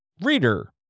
reader